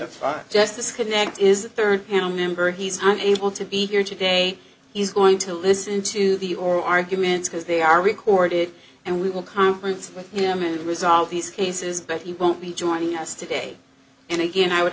of just disconnect is the third panel member he's on able to be here today he's going to listen to the oral arguments because they are recorded and we will conference with him and resolve these cases but he won't be joining us today and again i would